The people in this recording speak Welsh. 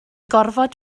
gorfod